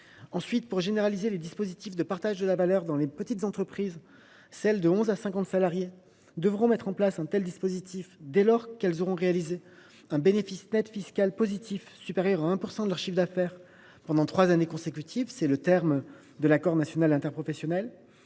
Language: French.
Ensuite, pour généraliser les dispositifs de partage de la valeur dans les petites entreprises, celles de 11 à 50 salariés devront mettre en place un tel dispositif dès lors qu’elles auront réalisé un bénéfice net fiscal positif supérieur à 1 % de leur chiffre d’affaires pendant trois années consécutives ; c’est le terme de l’accord national interprofessionnel.